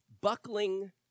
buckling